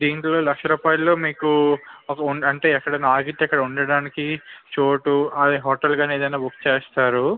దీంట్లో లక్ష రూపాయల్లో మీకు ఒక ఉండ అంటే ఎక్కడైనా ఆగితే అక్కడ ఉండటానికి చోటూ అదే హోటల్ కానీ ఏదైనా బుక్ చేస్తారు